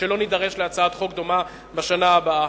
ולא נידרש להצעת חוק דומה בשנה הבאה.